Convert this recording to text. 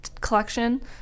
collection